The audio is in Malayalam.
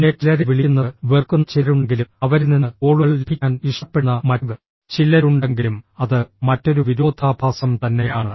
പിന്നെ ചിലരെ വിളിക്കുന്നത് വെറുക്കുന്ന ചിലരുണ്ടെങ്കിലും അവരിൽ നിന്ന് കോളുകൾ ലഭിക്കാൻ ഇഷ്ടപ്പെടുന്ന മറ്റു ചിലരുണ്ടെങ്കിലും അത് മറ്റൊരു വിരോധാഭാസം തന്നെയാണ്